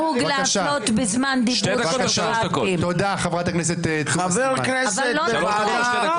חברת הכנסת שיר.